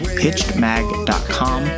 pitchedmag.com